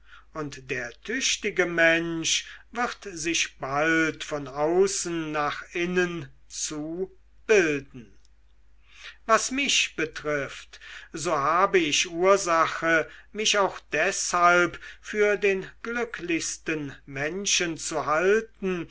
und der tüchtige mensch wird sich bald von außen nach innen zu bilden was mich betrifft so habe ich ursache mich auch deshalb für den glücklichsten menschen zu halten